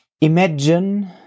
Imagine